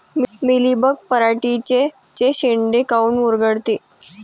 Mealybug पराटीचे चे शेंडे काऊन मुरगळते?